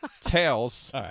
tails